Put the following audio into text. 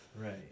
Right